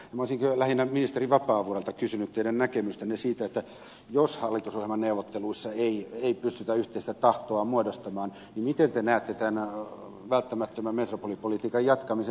minä olisin lähinnä ministeri vapaavuorelta kysynyt teidän näkemystänne siitä että jos hallitusohjelmaneuvotteluissa ei pystytä yhteistä tahtoa muodostamaan niin miten te näette tämän välttämättömän metropolipolitiikan jatkamisen